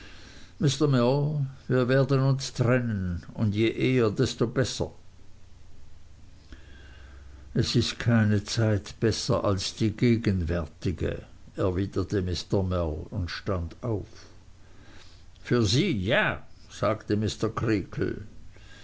wir werden uns trennen und je eher desto besser es ist keine zeit besser als die gegenwärtige erwiderte mr mell und stand auf für sie ja sagte